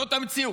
זאת המציאות.